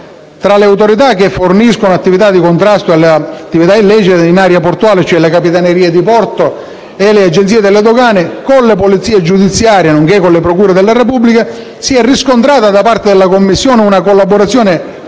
Tra le autorità che forniscono attività di contrasto alle attività illecite in area portuale (Capitanerie di Porto e Agenzia delle dogane) e le polizie giudiziarie, nonché le procure della Repubblica, si è riscontrata da parte della Commissione una collaborazione effettiva